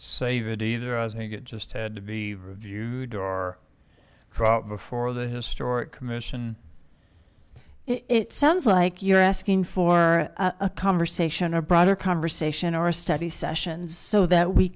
save it either as think it just had to be reviewed or dropped before the historic commission it sounds like you're asking for a conversation a broader conversation or a study sessions so that we